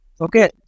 Okay